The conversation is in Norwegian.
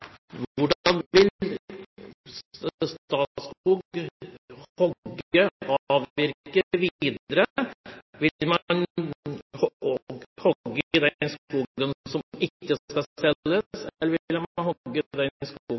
Hvordan vil Statskog hogge, avvirke videre? Vil man hogge i den skogen som ikke skal selges, eller vil man hogge i den skogen som skal